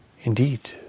indeed